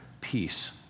peace